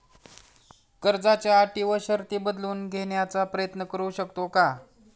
कर्जाच्या अटी व शर्ती बदलून घेण्याचा प्रयत्न करू शकतो का?